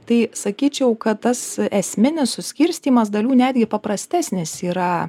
tai sakyčiau kad tas esminis suskirstymas dalių netgi paprastesnis yra